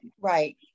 Right